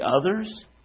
others